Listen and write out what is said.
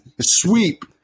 sweep